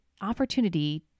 opportunity